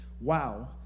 wow